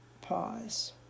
pause